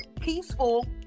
peaceful